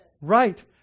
Right